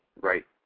right